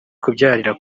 kubyarira